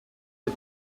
you